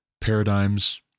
paradigms